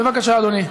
בבקשה, אדוני.